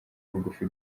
bugufi